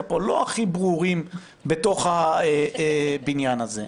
פה לא הכי ברורים בתוך הבניין הזה.